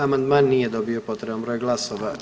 Amandman nije dobio potreban broj glasova.